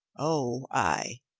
o, ay,